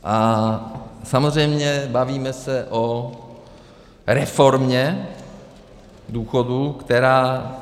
A samozřejmě bavíme se o reformě důchodů, která...